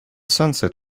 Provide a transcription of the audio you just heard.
sunset